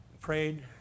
prayed